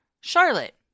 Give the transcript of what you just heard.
Charlotte